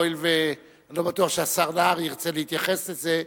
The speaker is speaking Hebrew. הואיל ואני לא בטוח שהשר נהרי ירצה להתייחס לזה.